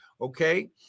Okay